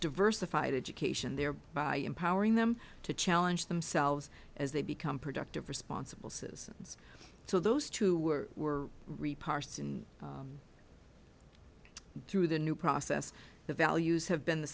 diversified education thereby empowering them to challenge themselves as they become productive responsible citizens so those two were were reports in through the new process the values have been the